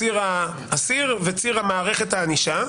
ציר האסיר וציר מערכת ענישה.